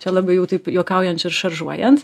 čia labai jau taip juokaujant ir šaržuojant